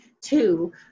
Two